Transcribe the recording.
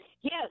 Yes